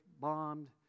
bombed